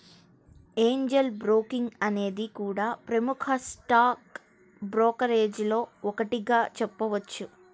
Angel Broking అనేది కూడా ప్రముఖ స్టాక్ బ్రోకరేజీల్లో ఒకటిగా చెప్పొచ్చు